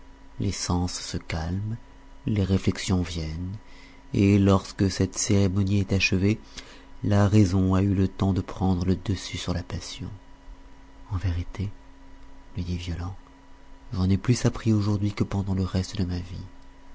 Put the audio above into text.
les sens se calment les réflexions viennent et lorsque cette cérémonie est achevée la raison a eu le temps de prendre le dessus sur la passion en vérité lui dit violent j'en ai plus appris aujourd'hui que pendant le reste de ma vie